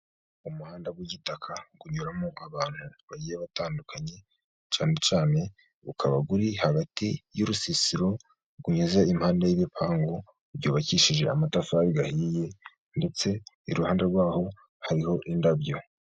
Umuhanda w'igitaka unyuramo abantu bagiye batandukanye, cyane cyane ukaba buri hagati y'urusisiro rugeze impande y'ibipangu, byubakishije amatafari ahiye ndetse iruhande rwaho hariho indabyo.